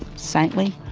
saintly.